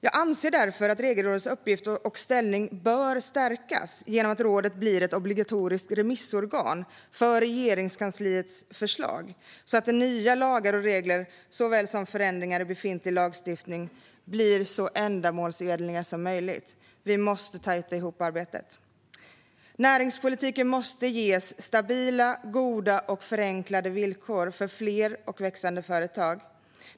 Jag anser därför att Regelrådets uppgift och ställning bör stärkas genom att rådet blir ett obligatoriskt remissorgan för Regeringskansliets förslag, så att nya lagar och regler såväl som förändringar i befintlig lagstiftning blir så ändamålsenliga som möjligt. Vi måste tajta ihop arbetet. Näringspolitiken måste ges stabila, goda och förenklade villkor för fler och växande företag.